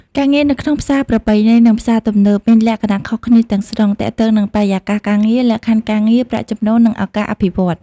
ការងារនៅក្នុងផ្សារប្រពៃណី និងផ្សារទំនើប មានលក្ខណៈខុសគ្នាទាំងស្រុង ទាក់ទងនឹងបរិយាកាសការងារ លក្ខខណ្ឌការងារ ប្រាក់ចំណូល និងឱកាសអភិវឌ្ឍន៍។